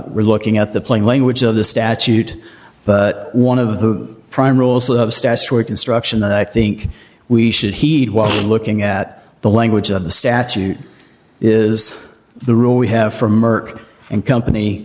we're looking at the plain language of the statute but one of the prime rules of statutory construction that i think we should heed while looking at the language of the statute is the rule we have for merck and company